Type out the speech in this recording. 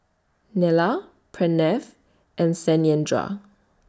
Neila Pranav and Satyendra